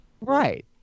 Right